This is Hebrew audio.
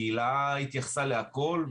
כי הילה התייחסה להכל.